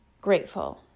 grateful